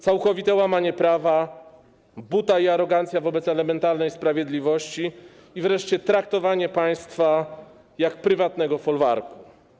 Całkowite łamanie prawa, buta i arogancja wobec elementarnej sprawiedliwości i wreszcie traktowanie państwa jak prywatnego folwarku.